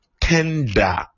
tender